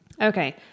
Okay